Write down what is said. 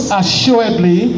assuredly